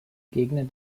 gegner